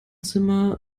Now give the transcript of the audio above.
zimmer